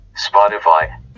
Spotify